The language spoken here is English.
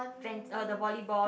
friends uh the volleyball